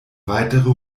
weitere